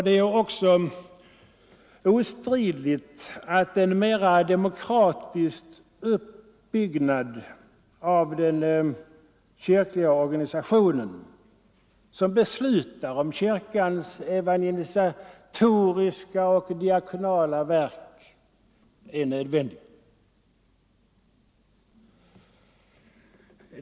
Det är också ostridigt att en mera demokratisk uppbyggnad av den kyrkliga organisation som beslutar om kyrkans evangelisatoriska och diakonala verksamhet är nödvändig.